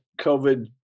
COVID